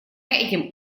этим